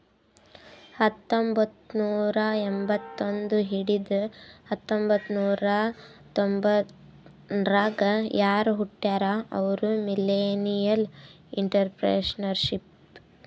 ಹತ್ತಂಬೊತ್ತ್ನೂರಾ ಎಂಬತ್ತೊಂದ್ ಹಿಡದು ಹತೊಂಬತ್ತ್ನೂರಾ ತೊಂಬತರ್ನಾಗ್ ಯಾರ್ ಹುಟ್ಯಾರ್ ಅವ್ರು ಮಿಲ್ಲೆನಿಯಲ್ಇಂಟರಪ್ರೆನರ್ಶಿಪ್